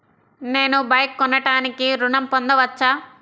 నేను బైక్ కొనటానికి ఋణం పొందవచ్చా?